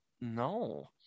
No